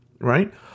right